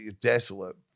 desolate